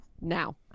now